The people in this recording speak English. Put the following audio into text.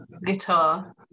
Guitar